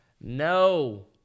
No